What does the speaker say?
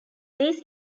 these